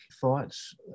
thoughts